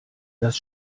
dass